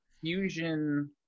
fusion